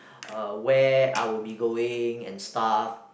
uh where I will be going and stuff